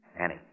Annie